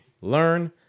learn